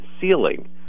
ceiling